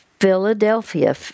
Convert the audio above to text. Philadelphia